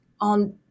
on